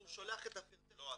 הוא שולח את פרטי ה- -- לא,